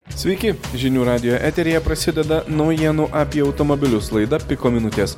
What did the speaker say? sveiki žinių radijo eteryje prasideda naujienų apie automobilius laida piko minutės